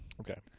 Okay